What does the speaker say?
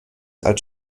als